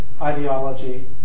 ideology